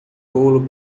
bolo